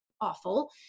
awful